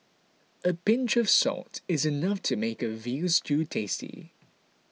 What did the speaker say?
a pinch of salt is enough to make a Veal Stew tasty